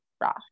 raw